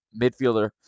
midfielder